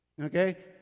Okay